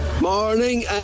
Morning